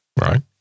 right